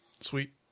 Sweet